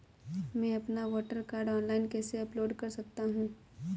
मैं अपना voter card online कैसे अपलोड कर सकता हूँ?